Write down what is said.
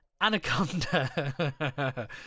Anaconda